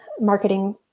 marketing